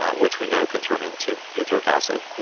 which we know can turn into butyric acid.